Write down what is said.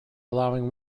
allowing